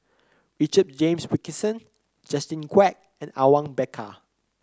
Richard James Wilkinson Justin Quek and Awang Bakar